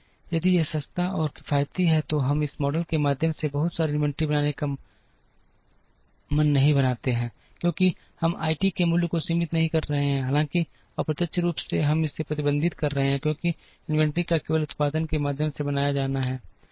यदि यह सस्ता और किफायती है तो हम इस मॉडल के माध्यम से बहुत सारी इन्वेंट्री बनाने का मन नहीं बनाते हैं क्योंकि हम आई टी के मूल्य को सीमित नहीं कर रहे हैं हालांकि अप्रत्यक्ष रूप से हम इसे प्रतिबंधित कर रहे हैं क्योंकि इन्वेंट्री को केवल उत्पादन के माध्यम से बनाया जाना है